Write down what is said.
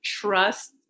trust